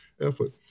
effort